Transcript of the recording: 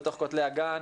בתוך כותלי הגן,